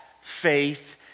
faith